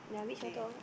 okay